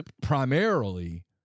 primarily